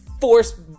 force